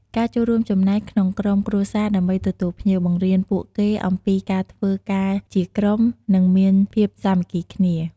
ការចូលរួមចំណែកក្នុងក្រុមគ្រួសារដើម្បីទទួលភ្ញៀវ បង្រៀនពួកគេអំពីការធ្វើការជាក្រុម និងមានភាពសាមគ្គីគ្នា។